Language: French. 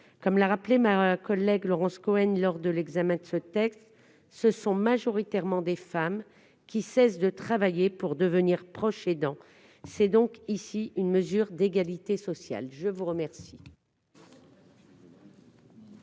Comme l'a rappelé ma collègue Laurence Cohen lors de l'examen de cette proposition de loi, ce sont majoritairement des femmes qui cessent de travailler pour devenir proches aidants. Il s'agit donc d'une mesure d'égalité sociale. L'amendement